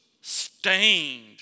stained